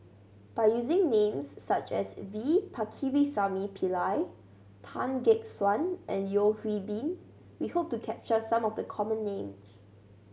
by using names such as V Pakirisamy Pillai Tan Gek Suan and Yeo Hwee Bin we hope to capture some of the common names